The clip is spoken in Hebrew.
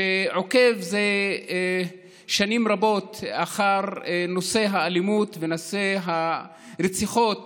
שעוקב זה שנים רבות אחר נושא האלימות ונושא הרציחות